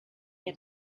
had